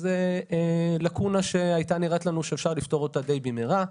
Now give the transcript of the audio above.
שזה לקונה שהייתה נראית לנו שאפשר לפתור אותה די במהרה.